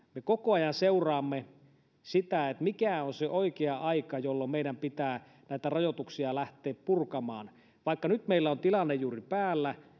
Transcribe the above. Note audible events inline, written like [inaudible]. koko ajan seuraamme sitä mikä on se oikea aika jolloin meidän pitää näitä rajoituksia lähteä purkamaan vaikka nyt meillä on tilanne juuri päällä [unintelligible]